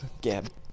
Gab